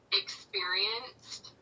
experienced